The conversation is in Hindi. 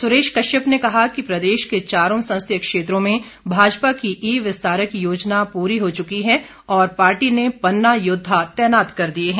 सुरेश कश्यप ने कहा कि प्रदेश के चारों संसदीय क्षेत्रों में भाजपा की ई विस्तारक योजना पूरी हो चुकी है और पार्टी ने पन्ना योद्वा तैनात कर दिए है